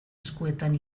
eskuetan